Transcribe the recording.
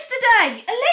yesterday